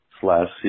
slash